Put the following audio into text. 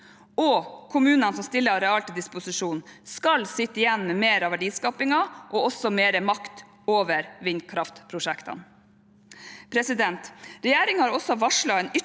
og kommunene som stiller areal til disposisjon, skal sitte igjen med mer av verdiskapingen og også mer makt over vindkraftprosjektene. Regjeringen har også varslet en ytterligere